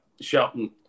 Shelton